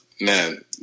man